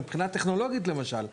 מבחינה טכנולוגית למשל,